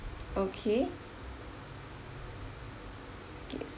okay okay so